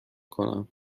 کنم